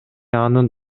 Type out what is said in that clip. анын